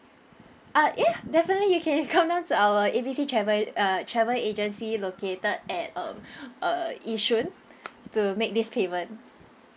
uh ya definitely you can come down to our A B C travel uh travel agency located at um uh yishun to make this payment